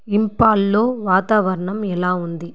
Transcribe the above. ఇంపాల్లో వాతావరణం ఎలా ఉంది